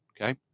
Okay